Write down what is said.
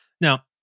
Now